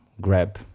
grab